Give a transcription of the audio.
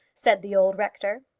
said the old rector.